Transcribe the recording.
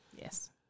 Yes